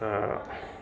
तऽ